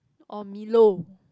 or milo